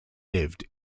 lived